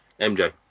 MJ